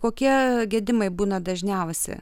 kokie gedimai būna dažniausi